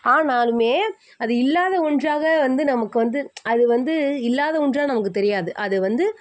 ஆனாலுமே அது இல்லாத ஒன்றாக வந்து நமக்கு வந்து அது வந்து இல்லாத ஒன்றாக நமக்கு தெரியாது அது வந்து